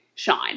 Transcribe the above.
shine